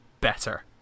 better